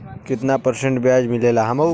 कितना परसेंट ब्याज मिलेला?